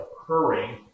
occurring